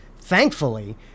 Thankfully